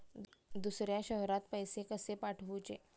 दुसऱ्या शहरात पैसे कसे पाठवूचे?